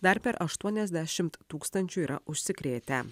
dar per aštuoniasdešimt tūkstančių yra užsikrėtę